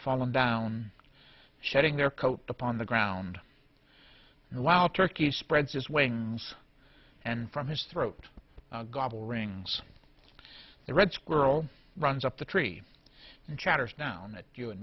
fallen down shedding their coat upon the ground while turkey spreads its wings and from his throat gobble rings the red squirrel runs up the tree and chatters down at you and